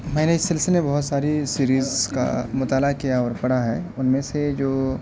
میں نے اس سلسلے میں بہت ساری سیریز کا مطالعہ کیا اور پڑھا ہے ان میں سے جو